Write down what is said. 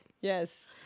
Yes